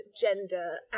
gender